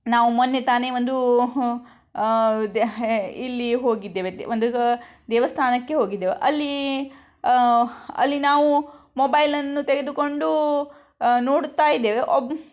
ನಾವು ಮೊನ್ನೆ ತಾನೇ ಒಂದು ಇಲ್ಲಿ ಹೋಗಿದ್ದೇವೆ ಒಂದು ದೇವಸ್ಥಾನಕ್ಕೆ ಹೋಗಿದ್ದೇವೆ ಅಲ್ಲಿ ಅಲ್ಲಿ ನಾವು ಮೊಬೈಲನ್ನು ತೆಗೆದುಕೊಂಡು ನೋಡುತ್ತಾ ಇದ್ದೆವು